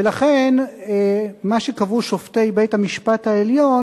ולכן מה שקבעו שופטי בית-המשפט העליון